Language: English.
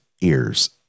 ears